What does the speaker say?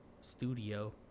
studio